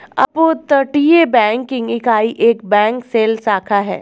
अपतटीय बैंकिंग इकाई एक बैंक शेल शाखा है